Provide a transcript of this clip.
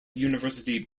university